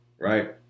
right